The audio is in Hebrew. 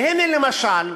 והנה, למשל,